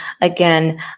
Again